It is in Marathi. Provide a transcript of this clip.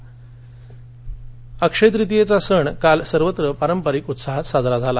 अक्षय ततीया अक्षय तृतीयेचा सण काल सर्वत्र पारंपारिक उत्साहात साजरा झाला